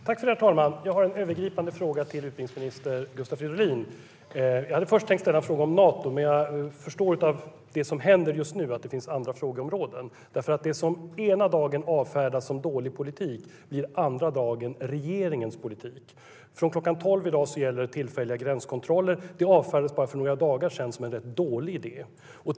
Herr talman! Jag har en övergripande fråga till utbildningsminister Gustav Fridolin. Jag hade först tänka ställa en fråga om Nato. Men jag förstår av det som händer just nu att det finns andra frågeområden. Det som ena dagen avfärdas som dålig politik blir andra dagen regeringens politik. Från kl. 12 i dag gäller tillfälliga gränskontroller. Det avfärdades för bara några dagar sedan som en rätt dålig idé.